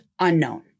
unknown